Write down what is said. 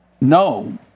no